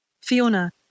Fiona